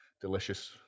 delicious